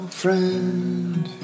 friend